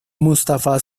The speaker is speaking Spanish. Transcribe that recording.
mustafa